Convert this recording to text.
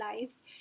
lives